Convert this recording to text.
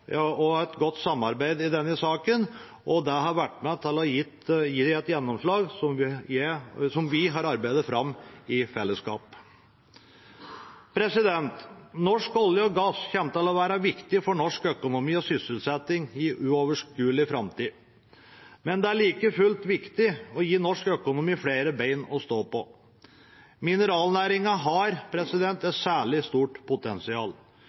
og et godt samarbeid i denne saken. Det har vært med på å gi et gjennomslag som vi har arbeidet fram i fellesskap. Norsk olje og gass kommer til å være viktig for norsk økonomi og sysselsetting i overskuelig framtid. Men det er like fullt viktig å gi norsk økonomi flere ben å stå på. Mineralnæringen har et særlig stort potensial.